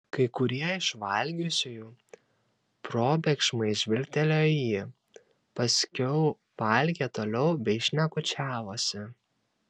kai kurie iš valgiusiųjų probėgšmais žvilgtelėjo į jį paskiau valgė toliau bei šnekučiavosi